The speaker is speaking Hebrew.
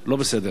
לא בסדר.